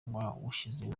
wawushinze